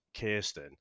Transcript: Kirsten